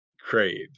crave